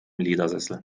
ledersessel